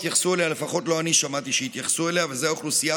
זה יפה שנותנים כסף וזה ראוי.